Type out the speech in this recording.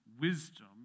wisdom